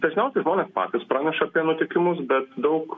dažniausiai žmonės patys praneša apie nutikimus bet daug